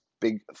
big